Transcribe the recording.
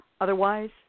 Otherwise